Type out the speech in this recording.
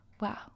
wow